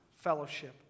fellowship